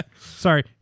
Sorry